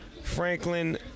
Franklin